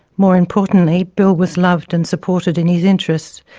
more importantly, bill was loved and supported in his interests.